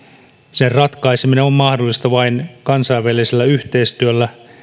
sen ratkaiseminen on mahdollista vain kansainvälisellä yhteistyöllä